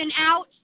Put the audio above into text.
out